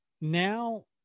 now